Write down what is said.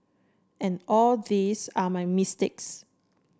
and all these are my mistakes